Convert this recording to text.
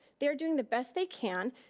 they're doing the best they can.